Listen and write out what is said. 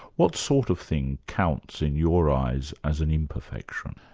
what sort of thing counts in your eyes, as an imperfection?